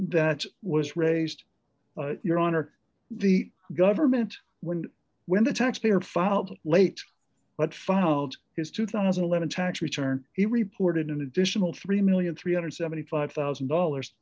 that was raised your honor the government when when the taxpayer filed late but filed his two thousand and eleven tax return he reported an additional three million three hundred and seventy five thousand dollars